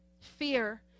Fear